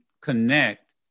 connect